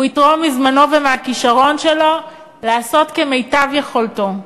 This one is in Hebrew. והוא יתרום מזמנו ומהכישרון שלו לעשות כמיטב יכולתו,